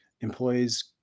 employees